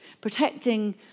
Protecting